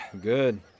Good